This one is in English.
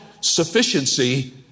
sufficiency